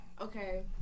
Okay